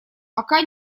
пока